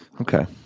Okay